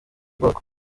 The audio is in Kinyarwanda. bwoko